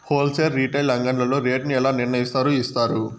Whole sale retail అంగడ్లలో rate ను ఎలా నిర్ణయిస్తారు యిస్తారు?